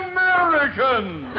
Americans